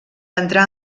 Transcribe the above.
entrar